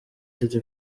city